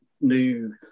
new